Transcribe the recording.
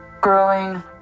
growing